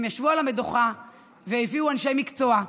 הם ישבו על המדוכה והביאו אנשי מקצוע,